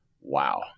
wow